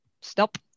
Stop